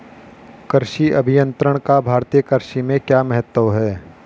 कृषि अभियंत्रण का भारतीय कृषि में क्या महत्व है?